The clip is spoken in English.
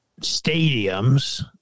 stadiums